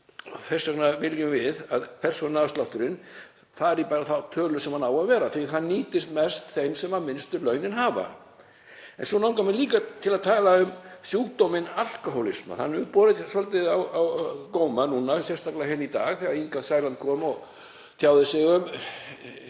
Þess vegna viljum við að persónuafslátturinn fari bara í þá tölu sem hann á að vera, því að hann nýtist best þeim sem minnstu launin hafa. Svo langar mig líka til að tala um sjúkdóminn alkóhólisma. Hann hefur borið svolítið á góma núna, sérstaklega hérna í dag þegar hv. þm. Inga Sæland kom og tjáði sig um